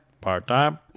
Part-time